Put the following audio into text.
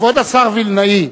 כבוד השר וילנאי,